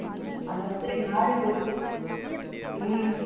அந்தமாதிரி மாறிப் போச்சு ம்